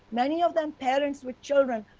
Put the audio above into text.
many of them, parents with children,